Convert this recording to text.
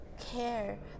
care